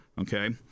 Okay